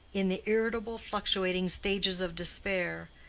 in the irritable, fluctuating stages of despair,